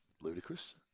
ludicrous